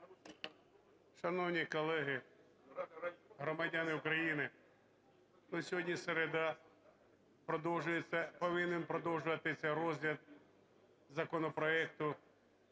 Шановні колеги! Громадяни України! Сьогодні середа, повинен продовжуватися розгляд законопроекту